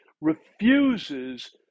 refuses